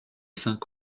cinq